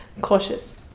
cautious